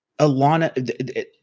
Alana